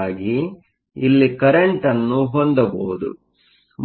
ಹಾಗಾಗಿ ಇಲ್ಲಿ ಕರೆಂಟ್ ಅನ್ನು ಹೊಂದಬಹುದು